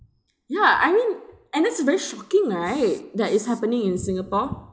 ya I mean and this is very shocking right that it's happening in singapore